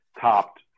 topped